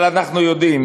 אבל אנחנו יודעם